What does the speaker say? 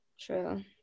True